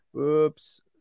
Oops